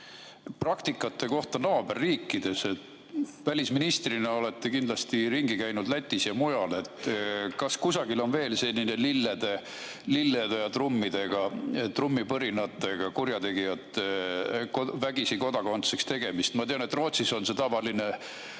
praktika kohta naaberriikides. Välisministrina olete kindlasti ringi käinud Lätis ja mujal. Kas kusagil on veel sellist lillede ja trummipõrinatega kurjategijate vägisi kodakondseks tegemist? Ma tean, et Rootsis on see tavaline